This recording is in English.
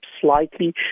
slightly